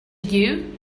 you